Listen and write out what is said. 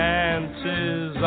Chances